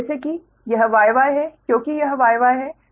अब जैसे कि यह Y Y है क्योंकि यह Y Y है